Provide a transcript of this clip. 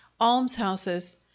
almshouses